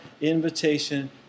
invitation